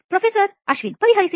professor ಅಶ್ವಿನ್ಪರಿಹರಿಸಿ